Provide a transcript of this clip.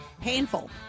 painful